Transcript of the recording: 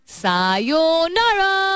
sayonara